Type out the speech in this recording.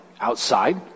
outside